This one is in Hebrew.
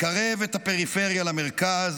לקרב את הפריפריה למרכז,